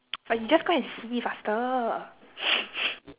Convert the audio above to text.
fas~ you just go and see faster